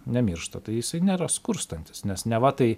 nemiršta tai jisai nėra skurstantis nes neva tai